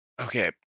Okay